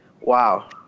Wow